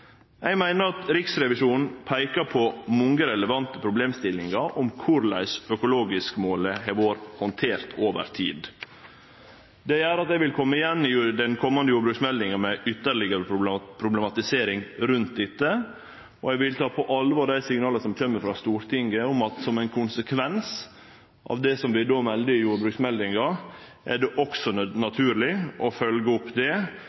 Eg meiner at Riksrevisjonen peikar på mange relevante problemstillingar om korleis økologisk-målet har vore handtert over tid. Det gjer at eg vil kome igjen med ei ytterlegare problematisering rundt dette i den komande jordbruksmeldinga, og eg vil ta på alvor dei signala som kjem frå Stortinget om at som ein konsekvens av det som vi melde i jordbruksmeldinga, er det naturleg å følgje det opp med ein konkret strategi på korleis vi handterer dette vidare. Det